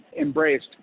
embraced